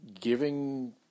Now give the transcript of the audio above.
giving